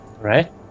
right